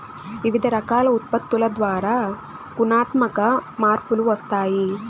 వివిధ రకాల ఉత్పత్తుల ద్వారా గుణాత్మక మార్పులు వస్తాయి